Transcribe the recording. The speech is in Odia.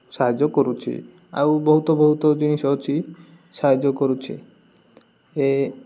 ସାହାଯ୍ୟ କରୁଛି ଆଉ ବହୁତ ବହୁତ ଜିନିଷ ଅଛି ସାହାଯ୍ୟ କରୁଛି ଏ